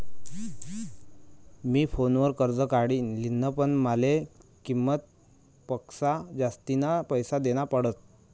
मी फोनवर कर्ज काढी लिन्ह, पण माले किंमत पक्सा जास्तीना पैसा देना पडात